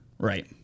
Right